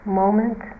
moment